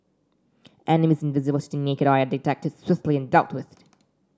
enemies invisible to naked eye are detected swiftly and dealt with